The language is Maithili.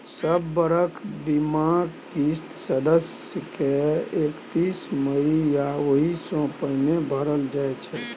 सब बरख बीमाक किस्त सदस्य के एकतीस मइ या ओहि सँ पहिने भरल जाइ छै